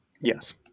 Yes